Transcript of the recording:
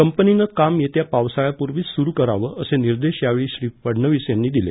कंपनीनं काम येत्या पावसाळयापूर्वीच सुरू करावं असे निर्देश यावेळी श्री फडणवीस यांनी दिले